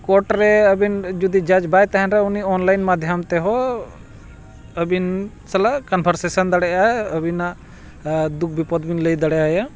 court ᱨᱮ ᱟᱹᱵᱤᱱ ᱡᱩᱫᱤ ᱡᱟᱡᱽ ᱵᱟᱭ ᱛᱟᱦᱮᱱ ᱨᱮᱦᱚᱸ ᱩᱱᱤ ᱚᱱᱞᱟᱭᱤᱱ ᱢᱟᱫᱽᱫᱷᱚᱢ ᱛᱮᱦᱚᱸ ᱟᱹᱵᱤᱱ ᱥᱟᱞᱟᱜ ᱠᱚᱱᱵᱷᱟᱨᱥᱮᱥᱚᱱ ᱫᱟᱲᱮᱭᱟᱜᱼᱟ ᱟᱹᱵᱤᱱᱟᱜ ᱫᱩᱠ ᱵᱤᱯᱚᱫ ᱵᱤᱱ ᱞᱟᱹᱭ ᱫᱟᱲᱮ ᱟᱣᱭᱟ